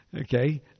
Okay